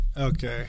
Okay